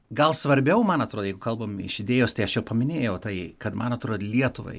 gal svarbiau man atrodo jeigu kalbam iš idėjos tai aš jau paminėjau tai kad man atrodo lietuvai